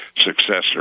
successor